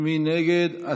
מי נגד?